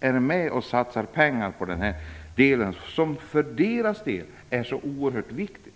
är med och satsar pengar på detta vägnät som för deras del är så oerhört viktigt?